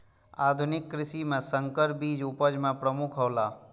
आधुनिक कृषि में संकर बीज उपज में प्रमुख हौला